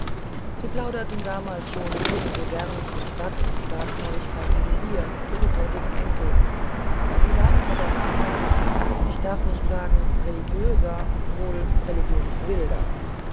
sie plauderten damals schon ebensogern von stadt und staatsneuigkeiten wie wir ihre würdigen enkel sie waren aber damals ich darf nicht sagen religiöser wohl